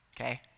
Okay